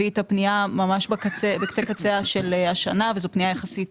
את הפנייה ממש לקצה קציה של השנה וזו פנייה יחסית